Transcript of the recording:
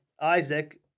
Isaac